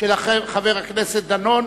התשס"ט 2009,